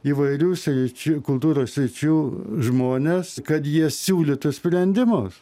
įvairių sričių kultūros sričių žmones kad jie siūlytų sprendimus